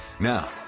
Now